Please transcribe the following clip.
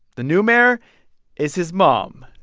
the new mayor is his mom,